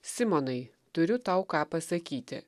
simonai turiu tau ką pasakyti